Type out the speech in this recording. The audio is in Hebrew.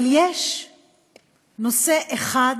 אבל יש נושא אחד